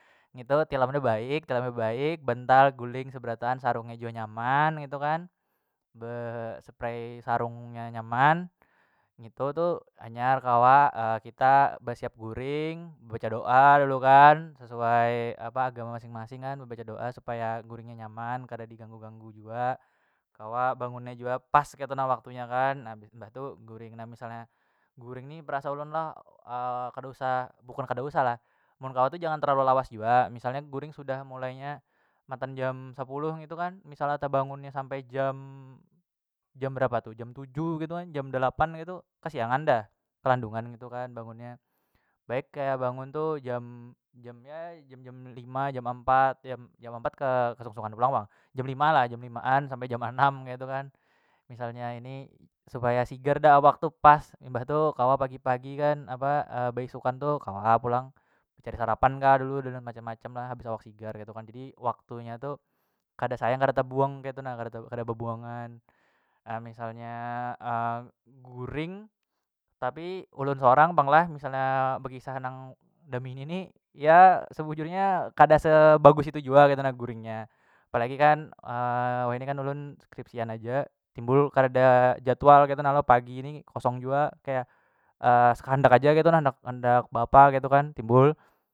Ngitu tilam tu baik kada tapi baik bantal guling seberataan sarungnya jua nyaman ngitu kan be seprei sarung nya nyaman ngitu tu hanyar kawa kita besiap guring baca doa lalu kan sesuai agama masing- masing kan bebaca doa supaya guring nya nyaman kada di ganggu- ganggu jua kawa bangun nya jua pas ketu na waktunya kan na bismbah tuh guring na misalnya guring nya berasa ulun lo kada usah bukan kada usah lah mun kawa jangan terlalu lawas jua misalnya guring sudah mulainya matan jam sapuluh ngitu kan misalnya tabangun nya sampai jam- jam berapa tu jam tujuh ketu kan jam delapan ngitu kasiangan dah kalandungan ngitu kan bangunnya baik kaya bangun tu jam- jam ya jam- jam lima jam ampat jam- jam ampat kesungsungan tu pang jam lima lah jam limaan sampai jam anam ngetu kan misalnya ini supaya sigar dah awak tu pas imbah tu kawa pagi- pagi kan apa beisukan tu kawa pulang mancari sarapan kah dulu macam- macam lah habis awak sigar ketu kan jadi waktu nya tu kada sayang kada tabuang ketu na kada kada bebuangan misalnya guring tapi ulun sorang pang lah misalnya bekisah nang daminini ya sebujurnya kada sebagus itu jua ketu na guringnya apalagi kan wahini kan ulun skripsian haja timbul kadada jadwal ketu na lo pagi ni kosong jua kaya sekandak haja ketu na handak- handak beapa ketu kan timbul.